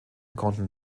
konnten